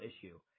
issue